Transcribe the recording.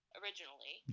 originally